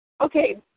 Okay